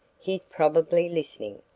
he's probably listening,